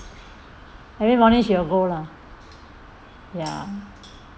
every morning she will go lah